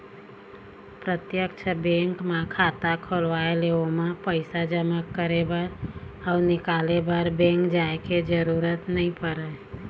प्रत्यक्छ बेंक म खाता खोलवाए ले ओमा पइसा जमा करे बर अउ निकाले बर बेंक जाय के जरूरत नइ परय